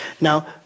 Now